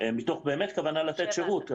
באמת מתוך כוונה לתת שירות.